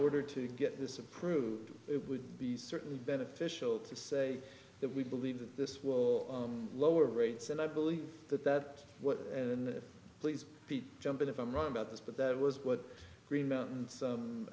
order to get this approved it would be certainly beneficial to say that we believe that this will lower rates and i believe that that what and in the please jump in if i'm wrong about this but there was what green mountain some